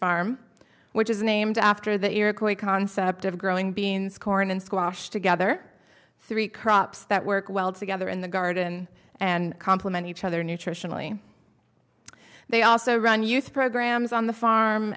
farm which is named after the iroquois concept of growing beings corn and squash together three crops that work well together in the garden and compliment each other nutritionally they also run youth programs on the farm